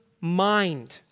mind